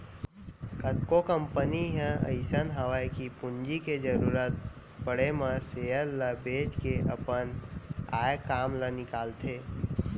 कतको कंपनी ह अइसन हवय कि पूंजी के जरूरत परे म सेयर ल बेंच के अपन आय काम ल निकालथे